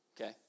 Okay